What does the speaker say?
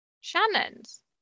Shannon's